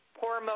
poor